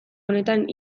honetan